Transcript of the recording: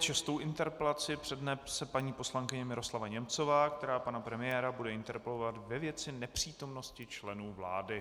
Šestou interpelaci přednese paní poslankyně Miroslava Němcová, která pana premiéra bude interpelovat ve věci nepřítomnosti členů vlády.